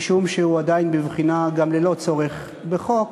משום שהנושא עדיין בבחינה גם ללא צורך בחוק,